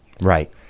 Right